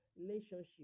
relationship